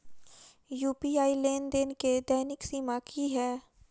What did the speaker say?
UPI लेनदेन केँ दैनिक सीमा की है?